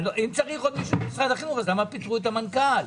אם צריך עוד מישהו במשרד החינוך אז למה פיטרו את המנכ"ל?